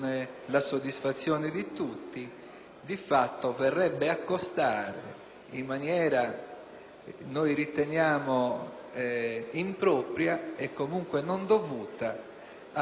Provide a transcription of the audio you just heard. noi riteniamo impropria e comunque non dovuta, alla disponibilità del Fondo relativo, nello specifico, della Regione sarda.